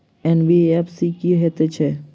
NBFC की हएत छै?